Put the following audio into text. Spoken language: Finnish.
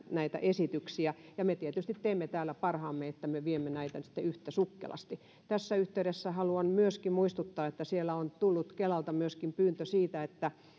näitä esityksiä ja me tietysti teemme täällä parhaamme että me viemme näitä sitten yhtä sukkelasti tässä yhteydessä haluan myöskin muistuttaa että kelalta on tullut myöskin pyyntö siitä että